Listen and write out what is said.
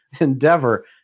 endeavor